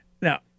Now